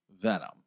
Venom